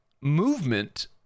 movement